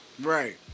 Right